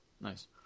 Nice